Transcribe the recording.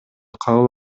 кабыл